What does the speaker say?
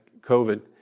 COVID